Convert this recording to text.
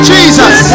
Jesus